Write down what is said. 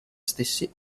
stessi